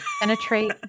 Penetrate